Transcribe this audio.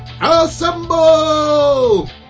Assemble